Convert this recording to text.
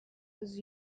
was